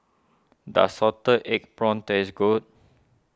does Salted Egg Prawns taste good